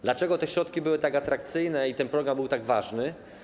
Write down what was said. Dlaczego te środki były tak atrakcyjne i dlaczego ten program był tak ważny?